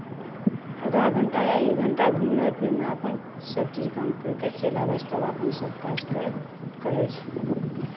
आधा घण्टा या एक घण्टा घुमनाइ फिरनाइ अपन सभचीज काम करि कऽ चलि आबै छै तब अपन सभ काज कर करै छै